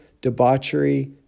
debauchery